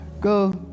Go